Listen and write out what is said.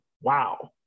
wow